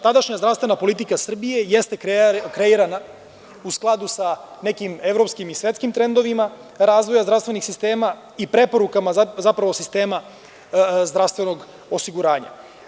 Tadašnja zdravstvena politika Srbije jeste kreirana u skladu sa nekim evropskim i svetskim trendovima razvoja zdravstvenih sistema i preporukama zapravo sistema zdravstvenog osiguranja.